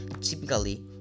Typically